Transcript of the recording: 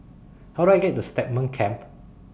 How Do I get to Stagmont Camp